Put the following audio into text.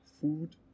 food